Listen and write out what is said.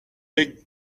big